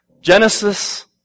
Genesis